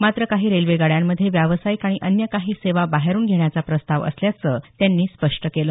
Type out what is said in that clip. मात्र काही रेल्वेगाड्यांमध्ये व्यावसायिक आणि अन्य काही सेवां बाहेरुन घेण्याचा प्रस्ताव असल्याचं त्यांनी स्पष्ट केलं